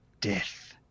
death